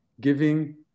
giving